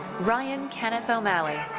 ryan kenneth omalley.